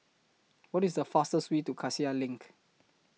What IS The fastest Way to Cassia LINK